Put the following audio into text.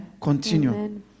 continue